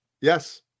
Yes